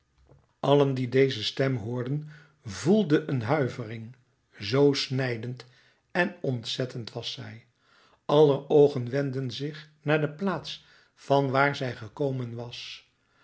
allen die deze stem hoorden voelden een huivering zoo snijdend en ontzettend was zij aller oogen wendden zich naar de plaats van waar zij gekomen was